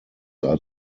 are